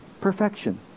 Perfection